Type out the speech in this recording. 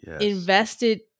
invested